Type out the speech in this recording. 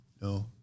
no